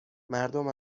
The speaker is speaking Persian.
مردم